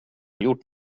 gjort